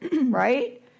right